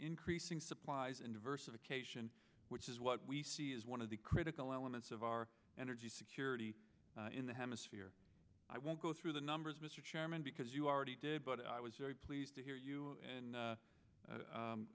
increasing supplies and diversification which is what we see as one of the critical elements of our energy security in the hemisphere i won't go through the numbers mr chairman because you already did but i was very pleased to hear you